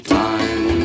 time